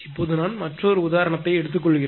இப்போது நான் மற்றொரு உதாரணத்தை எடுத்துக் கொள்கிறேன்